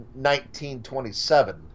1927